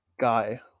guy